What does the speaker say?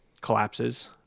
collapses